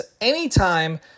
anytime